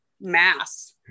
mass